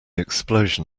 explosion